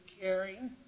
caring